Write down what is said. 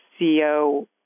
CEO